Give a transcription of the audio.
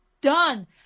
done